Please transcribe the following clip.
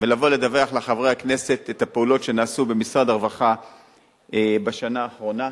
ולבוא לדווח לחברי הכנסת על הפעולות שנעשו במשרד הרווחה בשנה האחרונה,